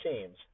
teams